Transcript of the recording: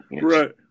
right